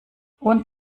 und